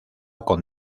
con